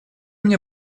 мне